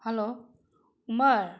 hello Umar